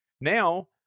Now